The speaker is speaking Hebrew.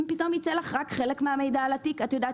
אם פתאום ייצא לך רק חלק מהמידע על התיק את יודעת